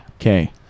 Okay